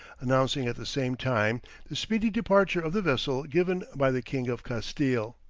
announcing at the same time the speedy departure of the vessel given by the king of castille.